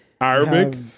Arabic